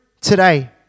today